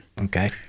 okay